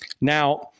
Now